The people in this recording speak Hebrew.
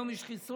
היום יש חיסונים.